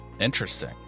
Interesting